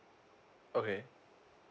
okay